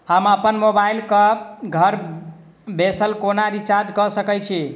हम अप्पन मोबाइल कऽ घर बैसल कोना रिचार्ज कऽ सकय छी?